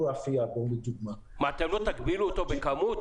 אותו בכמות